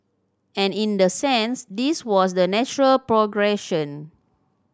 and in the sense this was the natural progression